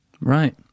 Right